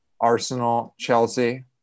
Arsenal-Chelsea